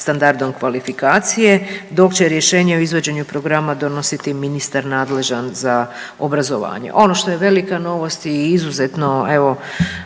standardom kvalifikacije dok će rješenje o izvođenju programa donositi ministar nadležan za obrazovanje. Ono što je velika novost je i izuzetno evo